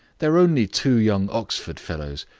they're only two young oxford fellows.